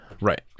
right